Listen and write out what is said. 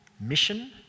Mission